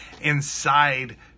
inside